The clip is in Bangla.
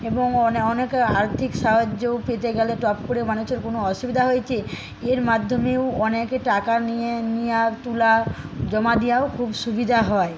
এবং অনেকের আর্থিক সাহায্য পেতে গেলে টপ করে মানুষের কোনো অসুবিধা হয়েছে এর মাধ্যমেও অনেকে টাকা নিয়ে নিয়া তোলা জমা দেওয়াও খুব সুবিধা হয়